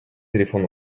éléphants